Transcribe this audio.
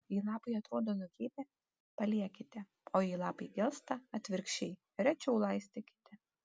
jei lapai atrodo nugeibę paliekite o jei lapai gelsta atvirkščiai rečiau laistykite